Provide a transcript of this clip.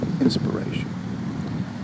inspiration